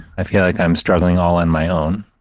i feel like i'm struggling all on my own,